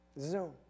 Zoom